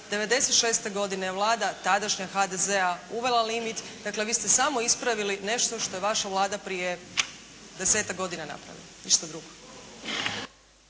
1996. godine je Vlada, tadašnja HDZ-a uvela limit. Dakle vi ste samo ispravili nešto što je vaša Vlada prije 10-tak godina napravila. Ništa drugo.